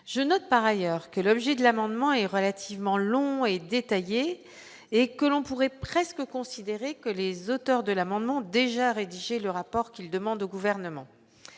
je note par ailleurs que l'objet de l'amendement est relativement long et détaillé et que l'on pourrait presque considérer que les auteurs de l'amendement déjà rédigé le rapport qu'il demande au gouvernement